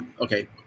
Okay